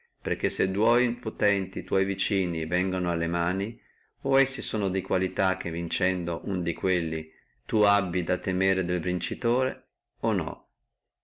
perché se dua potenti tua vicini vengono alle mani o sono di qualità che vincendo uno di quelli tu abbia a temere del vincitore o no